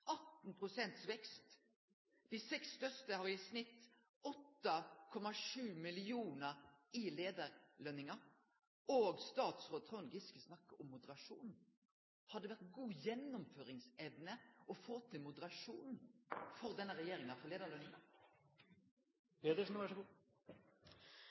pst. vekst, og dei seks største har i snitt 8,7 mill. kr i leiarlønningar. Statsråd Trond Giske snakkar om moderasjon! Hadde det vore god gjennomføringsevne å få til moderasjon for denne regjeringa